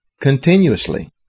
Continuously